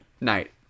night